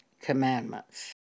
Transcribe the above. commandments